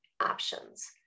options